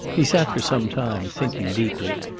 he sat for some time, thinking deeply,